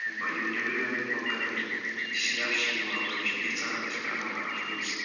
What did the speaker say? یِم نٮ۪برِمٮ۪ن مُلکَن ہٕنٛدۍ سیاح چھِ یِوان تِم چھِ یژھان أسۍ کَرَو نا اَتھ منٛز